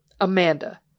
Amanda